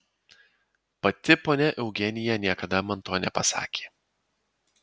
pati ponia eugenija niekada man to nepasakė